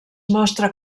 mostra